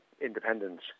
independence